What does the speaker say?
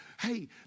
Hey